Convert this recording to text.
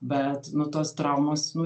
bet nuo tos traumos nu